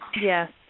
Yes